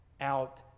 out